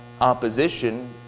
opposition